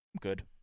good